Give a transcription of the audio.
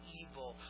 evil